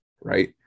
Right